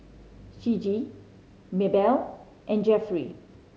Ciji Maebelle and Jeffery